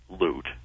loot